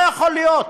לא יכול להיות.